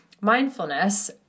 mindfulness